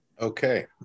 Okay